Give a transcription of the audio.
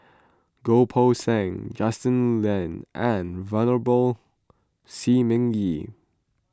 Goh Poh Seng Justin Lean and Venerable Shi Ming Yi